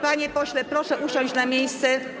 Panie pośle, proszę usiąść na miejsce.